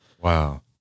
Wow